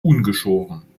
ungeschoren